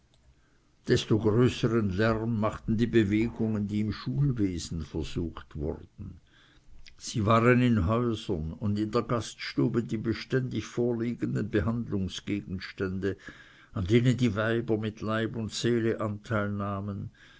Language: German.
desto größern lärm machten die bewegungen die im schulwesen versucht wurden sie waren in häusern und in der gaststube die beständig vorliegenden behandlungsgegenstände an denen die weiber mit leib und seele anteil nahmen